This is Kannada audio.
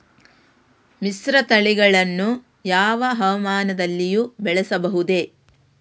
ಮಿಶ್ರತಳಿಗಳನ್ನು ಯಾವ ಹವಾಮಾನದಲ್ಲಿಯೂ ಬೆಳೆಸಬಹುದೇ?